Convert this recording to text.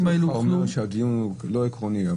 האלה --- אתה אומר שהדיון לא עקרוני.